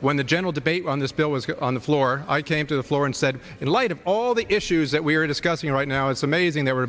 when the general debate on this bill was on the floor i came to the floor and said in light of all the issues that we're discussing right now it's amazing that we're